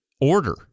order